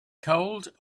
cold